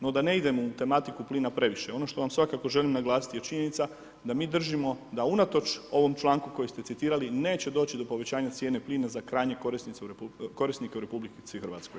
No da ne idem u tematiku plina previše, ono što vam svakako želim naglasiti je činjenica da mi držimo da unatoč ovom članku koji se citirali, neće doći do povećanja cijene plina za krajnjeg korisnika u RH.